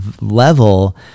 level